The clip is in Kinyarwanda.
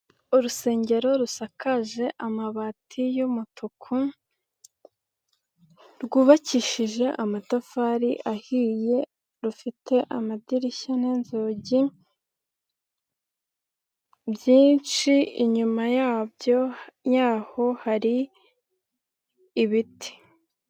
Urusengero rusakaje amabati y'umutuku rwubakishije amatafari ahiye, rufite amadirishya n'inzugi byinshi inyuma yabyo yaho hari ibiti.